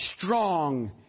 strong